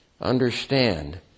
understand